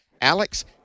Alex